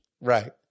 Right